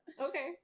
okay